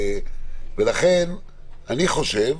לכן, אני חושב